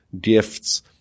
gifts